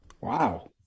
wow